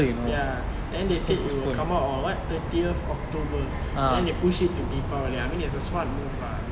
ya then they said it will come out or what thirtieth october then they push it to deepavali I mean is a smart move lah